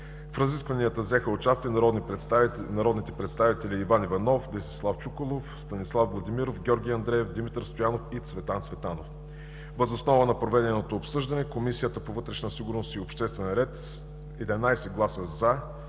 В разискванията взеха участие народните представители Иван Иванов, Десислав Чуколов, Станислав Владимиров, Георги Андреев, Димитър Стоянов и Цветан Цветанов. Въз основа на проведеното обсъждане Комисията по вътрешна сигурност и обществен ред с 11 гласа